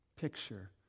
picture